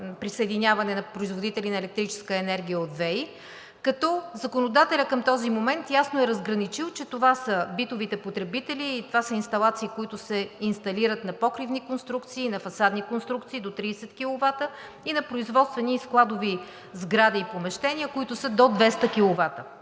на производители на електрическа енергия от ВЕИ, като законодателят към този момент ясно е разграничил, че това са битовите потребители и това са инсталации, които се инсталират на покривни конструкции, на фасадни конструкции – до 30 киловата, и на производствени и складови сгради и помещения, които са до 200